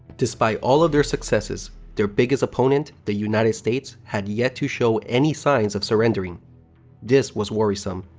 despite all of their successes, their biggest opponent, the united states, had yet to show any signs of surrendering this was worrisome.